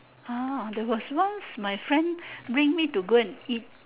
ah there was once my friend bring me to go and eat